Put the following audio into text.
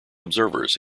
observers